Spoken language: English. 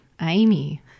Amy